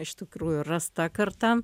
iš tikrųjų rasta karta